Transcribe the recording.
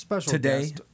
today